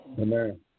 Amen